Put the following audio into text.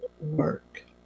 work